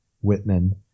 Whitman